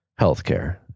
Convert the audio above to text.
healthcare